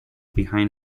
behind